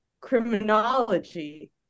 criminology